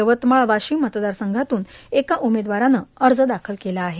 यवतमाळ वाशिम मतदार संघातून एका उमेदवारानं अर्ज दाखल केला आहे